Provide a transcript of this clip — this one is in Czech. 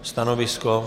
Stanovisko?